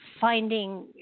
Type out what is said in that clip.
Finding